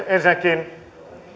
ensinnäkin